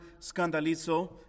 scandalizo